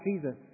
Jesus